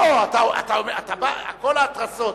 לא, אתה, כל ההתרסות.